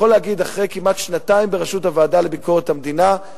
אחרי כמעט שנתיים בראשות הוועדה לביקורת המדינה,